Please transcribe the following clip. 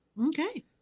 Okay